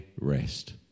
rest